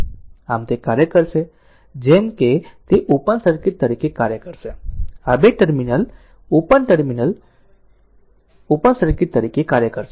આમ તે કાર્ય કરશે જેમ કે તે ઓપન સર્કિટ તરીકે કાર્ય કરશે આ બે ટર્મિનલ ઓપન સર્કિટ તરીકે કાર્ય કરશે